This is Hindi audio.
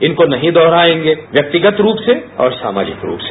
इनको नहीं दोहराएंगे व्यक्तिगत रूप से और सामाजिक रूप से